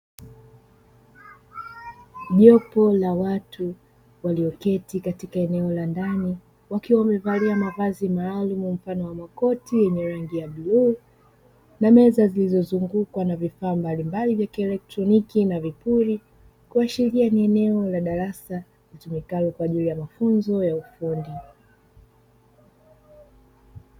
Jopo la watu walioketi katika eneo la ndani, wakiwa wamevalia mavazi maalumu mfano wa makoti yenye rangi ya bluu na meza zilizozungukwa na vifaa mbalimbali vya kielektroniki na vipuri. Kuashiria ni eneo la darasa litumikalo kwa ajili ya mafunzo ya ufundi.